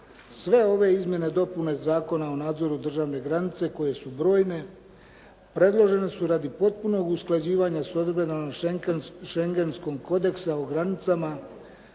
Sve ove izmjene i dopune Zakona o nadzoru države granice koje su brojne, predložene su radi potpunog usklađivanja s Odredbama schengenskog kodeksa o granicama,